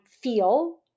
feel